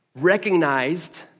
recognized